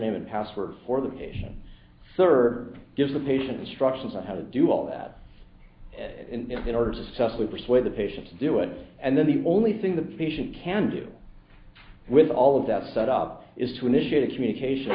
name and password for the patient third gives the patient instructions on how to do all that in order to successfully persuade the patient to do it and then the only thing the patient can do with all of that set up is to initiate a communication